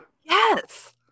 Yes